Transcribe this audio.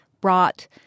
brought